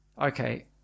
okay